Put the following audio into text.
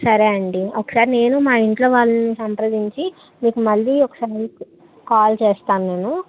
సరేండి ఒకసారి నేను మా ఇంట్లో వాళ్ళని సంప్రదించి మీకు మళ్ళీ ఒక సారి కాల్ చేస్తాను నేను